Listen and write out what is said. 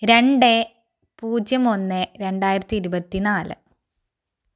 രണ്ട് പൂജ്യം ഒന്ന് രണ്ടായിരത്തി ഇരുപത്തിനാല്